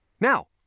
Now